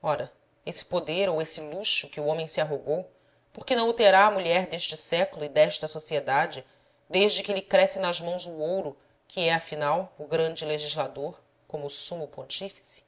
ora esse poder ou esse luxo que o homem se arrogou por que não o terá a mulher deste século e desta sociedade desde que lhe cresce nas mãos o ouro que é afinal o grande legislador como o sumo pontífice